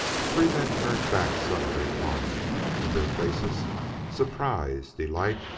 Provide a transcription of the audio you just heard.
the three men turned back suddenly upon him, in their faces surprise, delight,